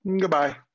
Goodbye